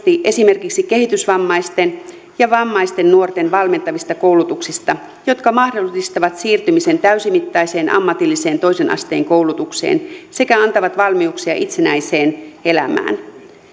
esimerkiksi kehitysvammaisten ja vammaisten nuorten valmentavista koulutuksista jotka mahdollistavat siirtymisen täysimittaiseen ammatilliseen toisen asteen koulutukseen sekä antavat valmiuksia itsenäiseen elämään